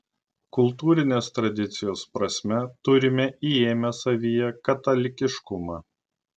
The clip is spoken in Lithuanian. kultūrinės tradicijos prasme turime įėmę savyje katalikiškumą